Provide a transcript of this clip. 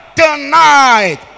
Tonight